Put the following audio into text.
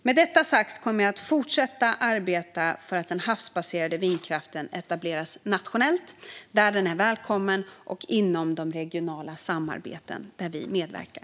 Med detta sagt kommer jag att fortsätta arbeta för att den havsbaserade vindkraften etableras nationellt där den är välkommen och inom de regionala samarbeten där vi medverkar.